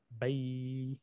Bye